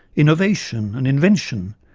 innovation and invention,